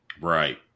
right